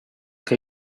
che